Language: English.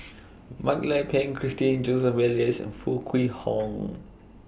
Mak Lai Peng Christine Joseph Elias and Foo Kwee Horng